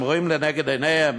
הם רואים לנגד עיניהם